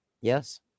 Yes